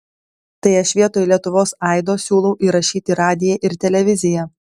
tai aš vietoj lietuvos aido siūlau įrašyti radiją ir televiziją